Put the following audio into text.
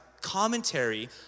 commentary